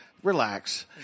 Relax